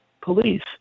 police